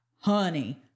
Honey